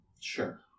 Sure